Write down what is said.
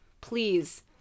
please